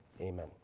amen